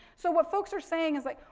so what folks are saying is like